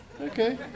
Okay